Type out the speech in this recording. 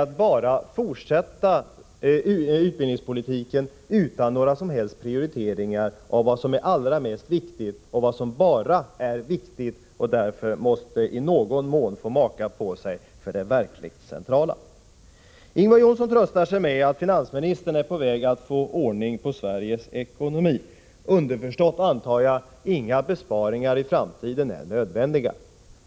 att bara fortsätta utbildningspolitiken utan några som helst analyser av vad som är allra mest viktigt och vad som bara är viktigt — och därför i någon mån måste maka på sig för det verkligt centrala! Ingvar Johnsson tröstar sig med att finansministern är på väg att få ordning på Sveriges ekonomi — vilket underförstått torde betyda att inga besparingar är nödvändiga i framtiden.